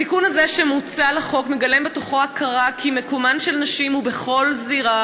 התיקון הזה שמוצע לחוק מגלם בתוכו הכרה כי מקומן של נשים הוא בכל זירה,